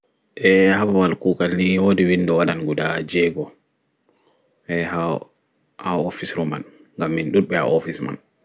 Eeh ha ɓaɓal gugal ni woɗi winɗo guɗa jego ha office ngam min ɗuɗɓe ha office mai